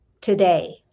today